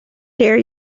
dare